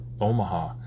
Omaha